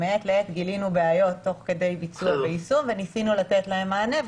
מעת לעת גילינו בעיות תוך כדי ביצוע ויישום וניסינו לתת להם מענה.